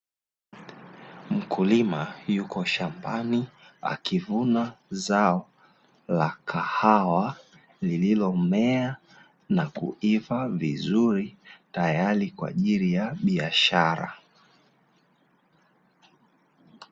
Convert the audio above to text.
Mkulima yuko shambani akivuna zao la kahawa lililomea na kuiva vizuri, tayari kwa ajili ya biashara.